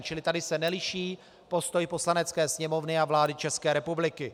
Čili tady se neliší postoj Poslanecké sněmovny a vlády České republiky.